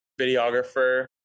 videographer